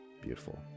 Beautiful